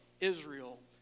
Israel